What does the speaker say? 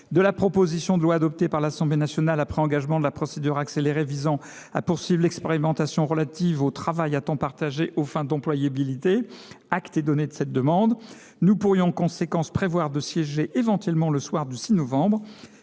de la proposition de loi, adoptée par l’Assemblée nationale après engagement de la procédure accélérée, visant à poursuivre l’expérimentation relative au travail à temps partagé aux fins d’employabilité. Acte est donné de cette demande. Nous pourrions en conséquence prévoir de siéger éventuellement le soir du mercredi